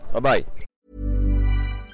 Bye-bye